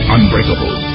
Unbreakable